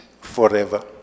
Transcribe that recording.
forever